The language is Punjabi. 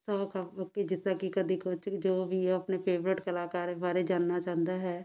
ਸੋ ਖਬ ਕਿ ਜਿਸ ਤਰ੍ਹਾਂ ਕਿ ਜੋ ਵੀ ਹੈ ਉਹ ਆਪਣੇ ਫੇਵਰਟ ਕਲਾਕਾਰ ਬਾਰੇ ਜਾਨਣਾ ਚਾਹੁੰਦਾ ਹੈ